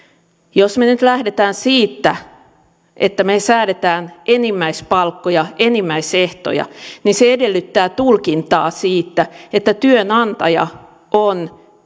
jos me nyt lähdemme siitä että me säädämme enimmäispalkkoja enimmäisehtoja niin se edellyttää tulkintaa siitä että työnantaja on